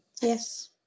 Yes